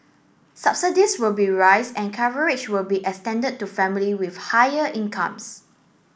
subsidies will be rise and coverage will be extended to family with higher incomes